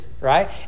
right